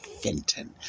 Fenton